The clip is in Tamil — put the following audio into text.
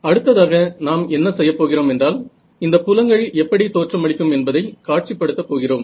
அடுத்ததாக நாம் என்ன செய்யப் போகிறோம் என்றால் இந்தப் புலங்கள் எப்படி தோற்றம் அளிக்கும் என்பதை காட்சிப் படுத்தப் போகிறோம்